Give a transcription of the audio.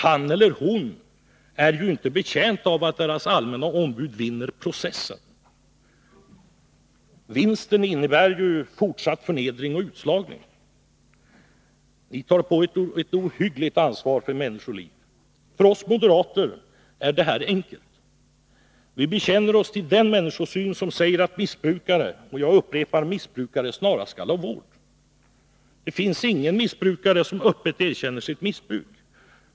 Han eller hon är inte betjänt av att det allmänna ombudet vinner processen. Vinsten innebär ju fortsatt förnedring och utslagning. Ni tar på er ett ohyggligt ansvar för människoliv. För oss moderater är det här enkelt. Vi bekänner oss till den människosyn som säger att missbrukare — och jag upprepar att det gäller missbrukare — snarast skall ha vård. Det finns ingen missbrukare som öppet erkänner sitt missbruk.